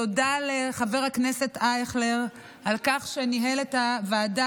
תודה לחבר הכנסת אייכלר על כך שניהל את הוועדה